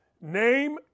name